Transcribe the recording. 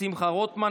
שמחה רוטמן,